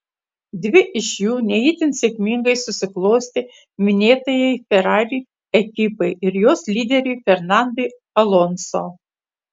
dvi iš jų ne itin sėkmingai susiklostė minėtajai ferrari ekipai ir jos lyderiui fernandui alonso